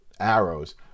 arrows